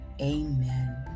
Amen